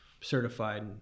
certified